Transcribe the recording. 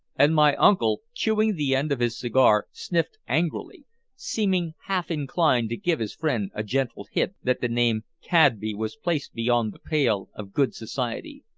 and my uncle, chewing the end of his cigar, sniffed angrily seeming half inclined to give his friend a gentle hint that the name cadby was placed beyond the pale of good society.